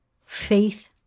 faith